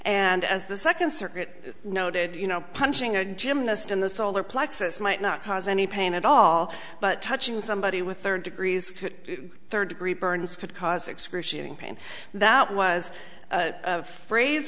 and as the second circuit noted you know punching a gymnast in the solar plexus might not cause any pain at all but touching somebody with third degrees could third degree burns could cause excruciating pain that was a phrase